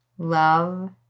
love